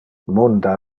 munde